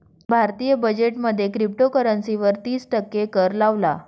भारतीय बजेट मध्ये क्रिप्टोकरंसी वर तिस टक्के कर लावला